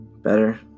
Better